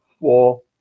four